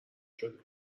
شده